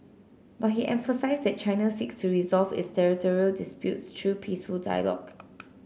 but he emphasised that China seeks to resolve its territorial disputes through peaceful dialogue